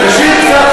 תשאיר קצת,